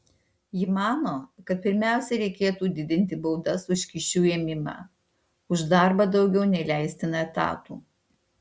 ji mano kad pirmiausia reikėtų didinti baudas už kyšių ėmimą už darbą daugiau nei leistina etatų